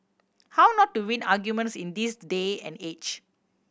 how not to win arguments in this day and age